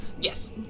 Yes